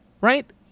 Right